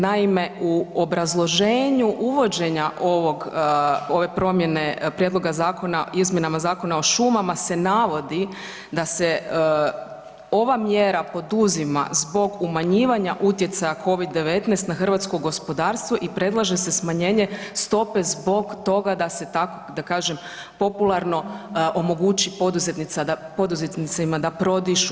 Naime u obrazloženju uvođenja ove promjene Prijedloga zakona o izmjenama Zakona o šumama se navodi da se ova mjera poduzima zbog umanjivanja utjecaja COVID-19 na hrvatsko gospodarstvo i predlaže se smanjenje stope zbog toga da se tako da kažem popularno omogući poduzetnicima da prodišu.